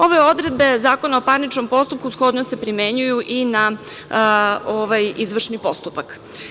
Ove odredbe Zakona o parničnom postupku shodno se primenjuju i na izvršni postupak.